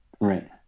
right